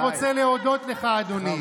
די,